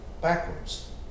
backwards